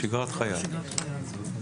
שגרת חייו.